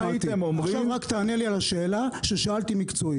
עכשיו רק תענה לי על השאלה המקצועית ששאלתי: